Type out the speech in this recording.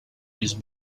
his